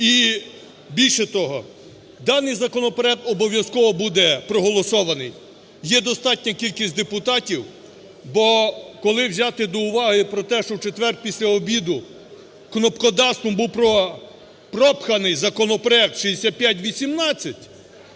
І більше того, даний законопроект обов'язково буде проголосований, є достатня кількість депутатів, бо коли взяти до уваги про те, що в четвер після обіду кнопкодавством був пропханий законопроект 6518.